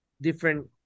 different